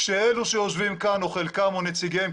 כשאלה שיושבים כאן או חלקם או נציגיהם,